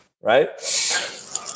Right